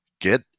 Get